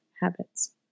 habits